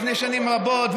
לפני שנים רבות,